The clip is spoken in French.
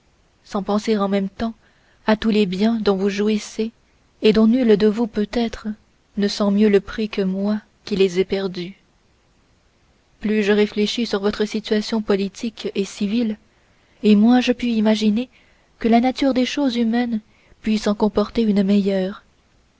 sans penser en même temps à tous les biens dont vous jouissez et dont nul de vous peut-être ne sent mieux le prix que moi qui les ai perdus plus je réfléchis sur votre situation politique et civile et moins je puis imaginer que la nature des choses humaines puisse en comporter une meilleure